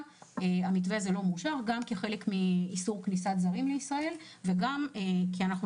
המתווה הזה לא מאושר גם כחלק מאיסור כניסת זרים לישראל וגם מכיוון שאנחנו